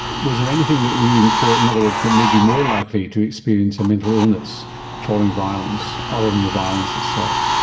was there anything that reinforced, in other words that made you more likely to experience a mental illness following violence other than the violence itself?